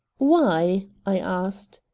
why? i asked.